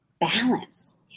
balance